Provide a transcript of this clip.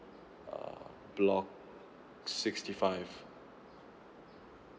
uh block sixty five